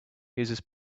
uses